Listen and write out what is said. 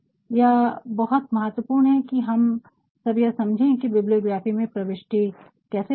अब यह बहुत महत्वपूर्ण है कि हम सब यह समझे की बिबलियोग्राफी में प्रविष्टि कैसे करें